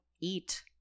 eat